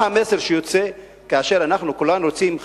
מה המסר שיוצא כאשר כולנו רוצים,